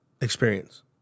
experience